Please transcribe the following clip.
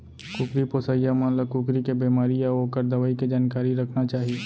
कुकरी पोसइया मन ल कुकरी के बेमारी अउ ओकर दवई के जानकारी रखना चाही